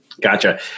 Gotcha